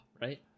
right